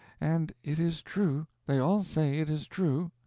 and it is true they all say it is true.